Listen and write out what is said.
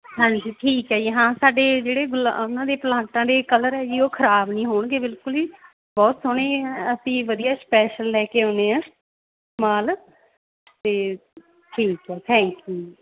ਹਾਂਜੀ ਠੀਕ ਹੈ ਜੀ ਹਾਂ ਸਾਡੇ ਜਿਹੜੇ ਗੁਲਾ ਉਹਨਾਂ ਦੇ ਪਲਾਂਟਾਂ ਦੇ ਕਲਰ ਹੈ ਜੀ ਉਹ ਖ਼ਰਾਬ ਨਹੀਂ ਹੋਣਗੇ ਬਿਲਕੁਲ ਬਹੁਤ ਸੋਹਣੇ ਅਸੀਂ ਵਧੀਆ ਸਪੈਸ਼ਲ ਲੈ ਕੇ ਆਉਂਦੇ ਹਾਂ ਮਾਲ ਤੇ ਠੀਕ ਹੈ ਥੈਂਕ ਯੂ